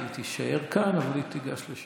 היא תישאר כאן, אבל היא תיגש לשם.